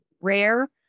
rare